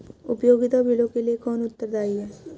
उपयोगिता बिलों के लिए कौन उत्तरदायी है?